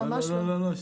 ממש לא.